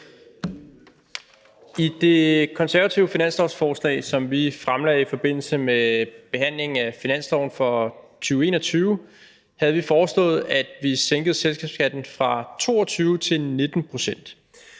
I det konservative finanslovsforslag, som vi fremlagde i forbindelse med behandlingen af forslaget til finansloven for 2021, foreslog vi, at vi sænkede selskabsskatten fra 22 til 19 pct.